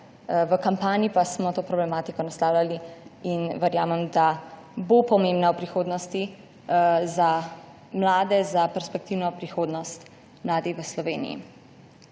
V kampanji pa smo to problematiko naslavljali in verjamem, da bo pomembna v prihodnosti za mlade, za perspektivno prihodnost mladih v Sloveniji.